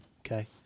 okay